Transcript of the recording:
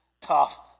tough